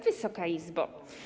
Wysoka Izbo!